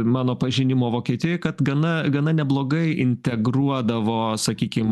mano pažinimo vokietijoj kad gana na neblogai integruodavo sakykim